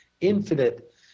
infinite